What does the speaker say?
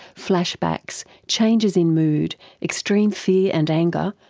flashbacks, changes in mood, extreme fear and anger,